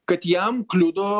kad jam kliudo